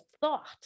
thought